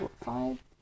five